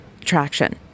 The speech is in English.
traction